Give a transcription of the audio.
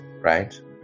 right